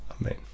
Amen